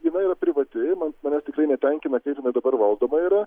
jinai yra privati man manęs tikrai netenkina kaip jinai dabar valdoma yra